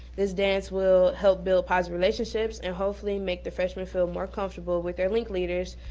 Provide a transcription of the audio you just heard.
this dance will help build positive relationships and hopefully make the freshman feel more comfortable with their link leaders,